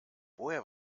woher